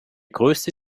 größte